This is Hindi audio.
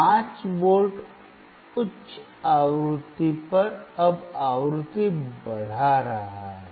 5V उच्च आवृत्ति पर अब आवृत्ति बढ़ा रहा है